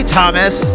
Thomas